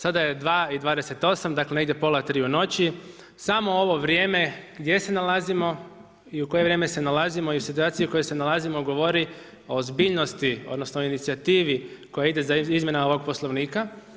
Sada je 2,28 dakle negdje pola tri u noći, samo ovo vrijeme gdje se nalazimo i u koje vrijeme se nalazimo i situacija u kojoj se nalazimo govori o ozbiljnosti odnosno o inicijativi koja ide izmjena ovog Poslovnika.